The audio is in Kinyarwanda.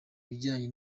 bijyanye